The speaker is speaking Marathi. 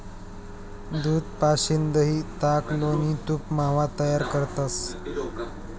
दूध पाशीन दही, ताक, लोणी, तूप, मावा तयार करतंस